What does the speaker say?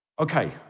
Okay